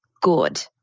good